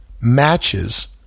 matches